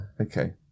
Okay